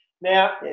Now